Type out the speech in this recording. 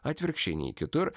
atvirkščiai nei kitur